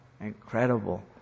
incredible